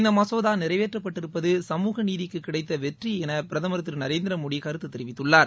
இந்த மசோதா நிறைவேற்றப்பட்டிருப்பது சமூக நீதிக்கு கிடைத்த வெற்றி என பிரதமர் திரு நரேந்திர மோடி கருத்து தெரிவித்துள்ளார்